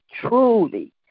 truly